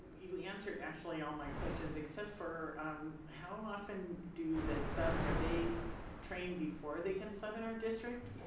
you answered actually all my questions except for um how often do the subs, are they trained before they can sub in our district?